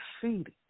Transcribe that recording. defeated